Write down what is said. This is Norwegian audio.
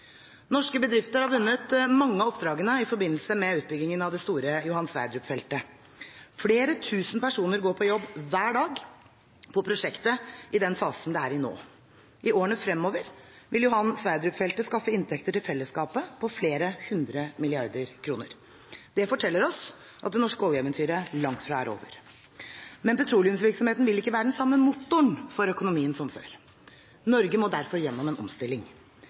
Norske bedrifter har vunnet mange av oppdragene i forbindelse med utbyggingen av det store Johan Sverdrup-feltet. Flere tusen personer går på jobb hver dag på prosjektet i den fasen det er i nå. I årene fremover vil Johan Sverdrup-feltet skaffe inntekter til fellesskapet på flere hundre milliarder kroner. Det forteller oss at det norske oljeeventyret langt fra er over. Men petroleumsvirksomheten vil ikke være den samme motoren for økonomien som før. Norge må derfor gjennom omstilling.